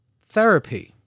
therapy